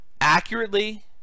accurately